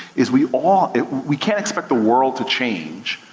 is we ah we can't expect the world to change,